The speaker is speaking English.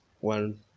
one